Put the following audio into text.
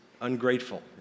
ungrateful